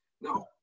No